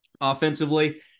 Offensively